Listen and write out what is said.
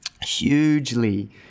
hugely